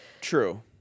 True